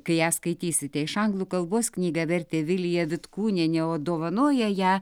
kai ją skaitysite iš anglų kalbos knygą vertė vilija vitkūnienė o dovanoja ją